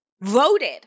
voted